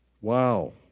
Wow